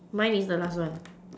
mine is the last one